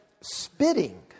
spitting